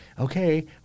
okay